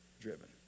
driven